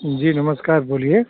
जी नमस्कार बोलिए